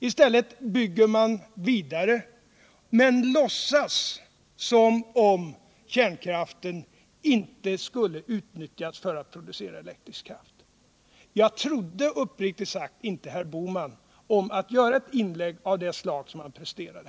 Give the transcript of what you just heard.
I stället bygger man vidare, men låtsas som om kärnkraften inte skulle utnyttjas för att producera elektrisk kraft. Uppriktigt sagt trodde jag inte herr Bohman om att göra ett inlägg av det slag som han nu presterade.